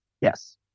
Yes